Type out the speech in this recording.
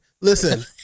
Listen